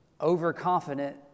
overconfident